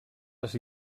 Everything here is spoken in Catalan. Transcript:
les